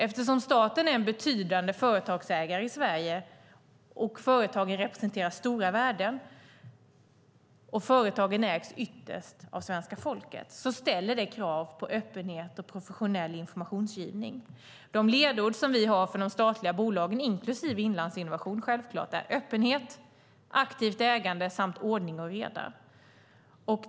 Eftersom staten är en betydande företagsägare i Sverige och företagen representerar stora värden - och eftersom företagen ytterst ägs av svenska folket - ställer det krav på öppenhet och professionell informationsgivning. De ledord vi har för de statliga bolagen, självklart inklusive Innlandsinnovation, är öppenhet, aktivt ägande samt ordning och reda.